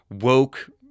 woke